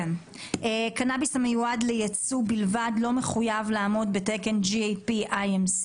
"קנאביס המיועד לייצוא בלבד לא מחויב לעמוד בתקן GAP-IMC,